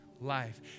life